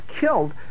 killed